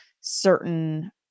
certain